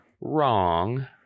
wrong